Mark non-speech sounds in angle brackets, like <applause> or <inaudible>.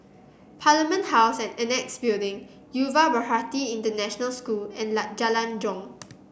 Parliament House and Annexe Building Yuva Bharati International School and <unintelligible> Jalan Jong